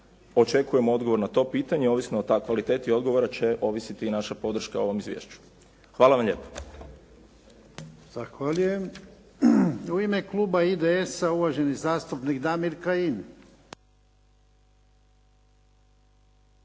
očekujemo odgovor na to pitanje. Ovisno o kvaliteti odgovora će ovisiti i naša podrška ovom izvješću. Hvala vam lijepo. **Jarnjak, Ivan (HDZ)** U ime kluba IDS-a, uvaženi zastupnik Damir Kajin.